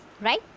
right